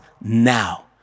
now